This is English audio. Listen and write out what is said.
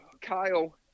kyle